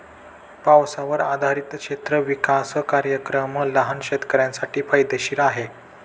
पावसावर आधारित क्षेत्र विकास कार्यक्रम लहान शेतकऱ्यांसाठी फायदेशीर आहे